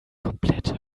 komplett